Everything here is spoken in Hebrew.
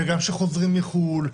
גם של חוזרים מחו"ל.